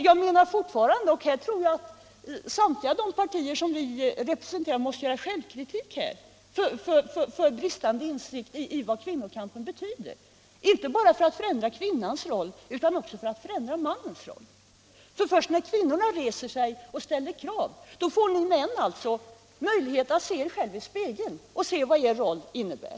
Jag anser fortfarande att samtliga partier som är representerade här måste vara självkritiska och inse att det brister i insikt om vad kvinnokampen betyder, inte bara för att förändra kvinnans roll utan också för att förändra mannens roll. Först när kvinnorna reser sig och ställer krav får ni män möjlighet att se er själva i spegeln och förstå vad er roll innebär.